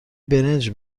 برنج